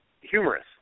humorous